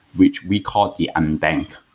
which we called the unbanked.